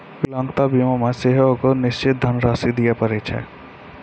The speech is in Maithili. विकलांगता बीमा मे सेहो एगो निश्चित धन राशि दिये पड़ै छै